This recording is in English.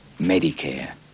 Medicare